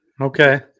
Okay